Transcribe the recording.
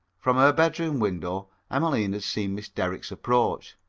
from her bedroom window emmeline had seen miss derrick's approach.